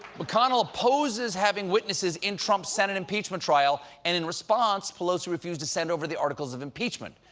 mcconnell opposes having witnesses in trump's senate impeachment trial, and in response, pelosi refused to send over the articles of impeachment.